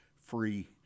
free